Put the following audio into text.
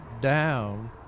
down